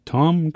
Tom